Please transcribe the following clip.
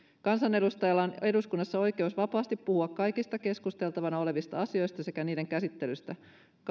kansanedustajalla on eduskunnassa oikeus vapaasti puhua kaikista keskusteltavana olevista asioista sekä niiden käsittelystä